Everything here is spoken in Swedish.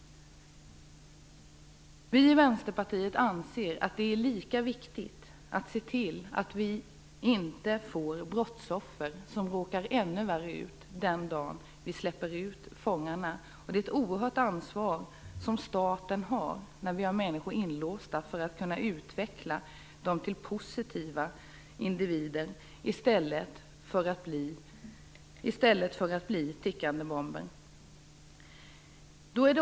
Vi i Vänsterpartiet anser att det är lika viktigt att se till att vi inte får brottsoffer som råkar ännu värre ut den dag fångarna släpps ut. Staten har ett stort ansvar för att utveckla människor som hålls inlåsta till positiva individer i stället för till tickande bomber.